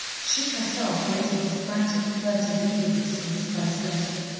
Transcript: she herself waited with frantic, furtive eagerness for his first letter.